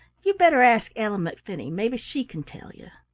you'd better ask ellen mcfinney maybe she can tell you.